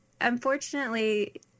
Unfortunately